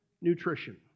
nutrition